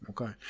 Okay